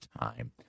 time